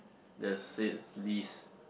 that's says list